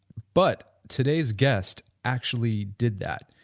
but today's guest actually did that.